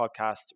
podcast